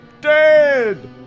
dead